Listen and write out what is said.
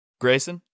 Grayson